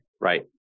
Right